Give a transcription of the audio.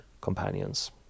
companions